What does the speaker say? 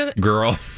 Girl